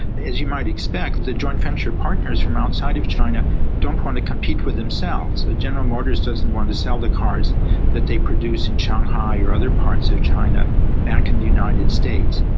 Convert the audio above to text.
as you might expect, the joint-venture partners from outside of china don't want to compete with themselves. general motors doesn't want to sell the cars that they produce in shanghai or other parts of china back in the united states.